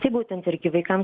tai būtent irgi vaikams